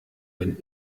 wenn